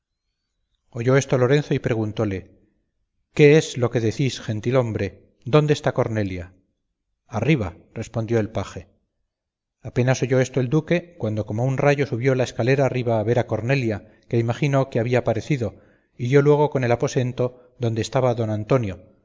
oyó esto lorenzo y preguntóle qué es lo que decís gentilhombre dónde está cornelia arriba respondió el paje apenas oyó esto el duque cuando como un rayo subió la escalera arriba a ver a cornelia que imaginó que había parecido y dio luego con el aposento donde estaba don antonio